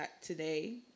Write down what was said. today